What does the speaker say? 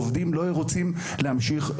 עובדים לא רוצים להמשיך,